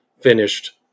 finished